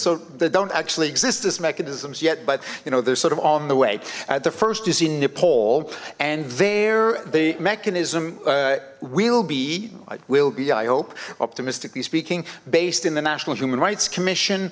so they don't actually exist as mechanisms yet but you know they're sort of on the way the first is in nepal and they're the mechanism will be it will be i hope optimistically speaking based in the national human rights commission